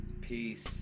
Peace